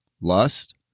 lust